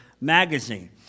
magazine